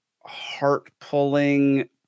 heart-pulling